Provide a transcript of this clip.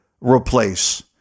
replace